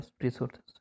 resources